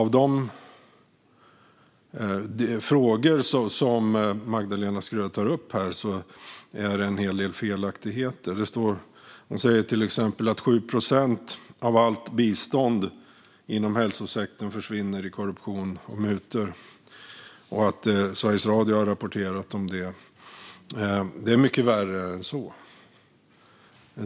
I de frågor som Magdalena Schröder tar upp här är det en hel del felaktigheter. Hon säger till exempel att 7 procent av allt bistånd inom hälsosektorn försvinner i korruption och mutor och att Sveriges Radio har rapporterat om det. Det är mycket värre än så.